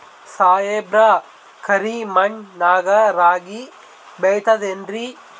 ಸಾಹೇಬ್ರ, ಕರಿ ಮಣ್ ನಾಗ ರಾಗಿ ಬೆಳಿತದೇನ್ರಿ?